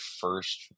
first